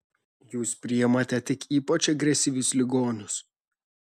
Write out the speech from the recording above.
jūs priimate tik ypač agresyvius ligonius